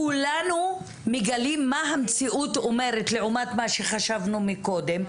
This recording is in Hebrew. כולנו מגלים מה המציאות אומרת לעומת מה שחשבנו מקודם,